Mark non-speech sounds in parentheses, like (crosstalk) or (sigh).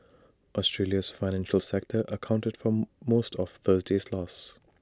Australia's financial sector accounted for (noise) most of Thursday's loss